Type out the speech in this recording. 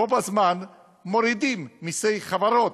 בו-בזמן מורידים מסעיף חברות.